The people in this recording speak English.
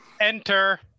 Enter